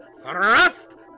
thrust